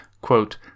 quote